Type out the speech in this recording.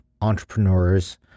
entrepreneurs